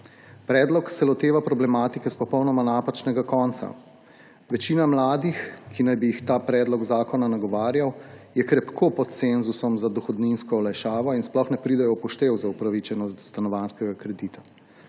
Predlog se loteva problematike s popolnoma napačnega konca. Večina mladih, ki naj bi jih ta predlog zakona nagovarjal, je krepko pod cenzusom za dohodninsko olajšavo in sploh ne pridejo v poštev za upravičenost do stanovanjskega kredita.